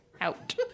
Out